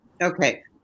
Okay